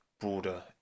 broader